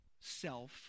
self